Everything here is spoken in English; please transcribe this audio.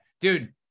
dude